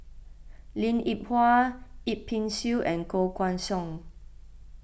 Linn in Hua Yip Pin Xiu and Koh Guan Song